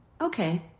Okay